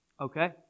okay